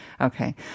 Okay